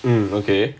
mmhmm okay